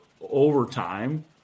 overtime